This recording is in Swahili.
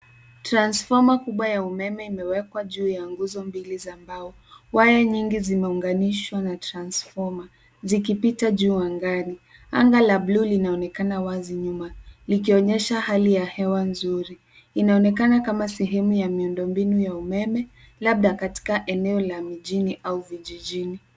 Transfoma kubwa ya umeme imewekwa juu ya nguzo mbili za mbao. Waya nyingi zimeunganishwa na transfoma, zikipita juu angani. Anga la buluu linaonekana wazi nyuma, likionyesha hali ya hewa nzuri. Inaonekana kama sehemu ya miundo mbinu ya umeme, labda katika eneo la mijini au vijijini.